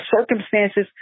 circumstances